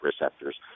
receptors